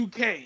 UK